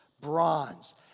bronze